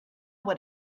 what